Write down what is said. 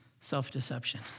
Self-deception